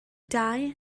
dau